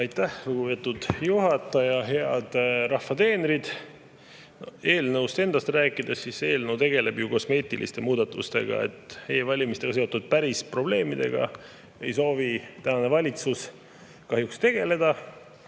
Aitäh, lugupeetud juhataja! Head rahva teenrid! Eelnõust endast rääkides: eelnõu tegeleb ju kosmeetiliste muudatustega. E‑valimistega seotud päris probleemidega ei soovi tänane valitsus kahjuks tegeleda